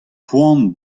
poan